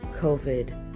COVID